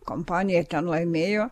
kompanija ten laimėjo